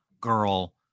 girl